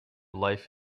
life